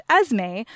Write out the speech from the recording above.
Esme